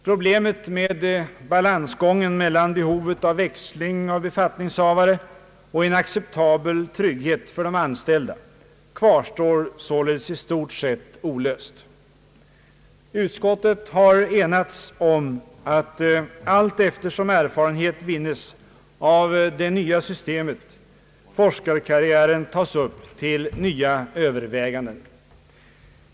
Problemet med balansgången mellan behovet av växling av befattningshavare och en acceptabel trygghet för de anställda kvarstår således i stort sett olöst. Utskottet har enats om att allteftersom erfarenhet vinnes av det nya systemet forskarkarriären tas upp till nya överväganden.